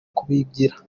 kuyigira